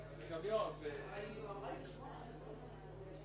אבל זה מעולם תיקון לחוק העונשין.